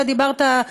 אתה דיברת,